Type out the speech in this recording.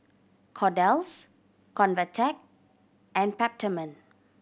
Kordel's Convatec and Peptamen